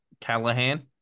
Callahan